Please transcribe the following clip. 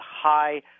high